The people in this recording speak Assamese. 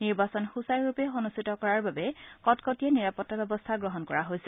নিৰ্বাচন সূচাৰুৰূপে অনুষ্ঠিত কৰাৰ বাবে কটকটীয়া নিৰাপতা ব্যৱস্থা গ্ৰহণ কৰা হৈছে